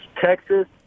Texas